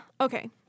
Okay